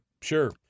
sure